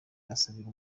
asabira